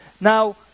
Now